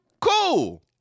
cool